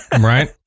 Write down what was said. Right